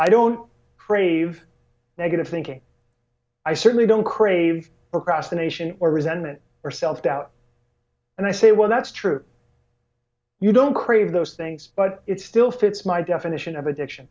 i don't crave negative thinking i certainly don't crave procrastination or resentment or self doubt and i say well that's true you don't crave those things but it still fits my definition of addiction